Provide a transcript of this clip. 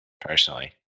personally